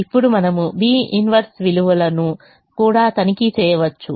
ఇప్పుడు మనము B 1 విలువలను కూడా తనిఖీ చేయవచ్చు